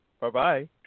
Bye-bye